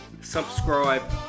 subscribe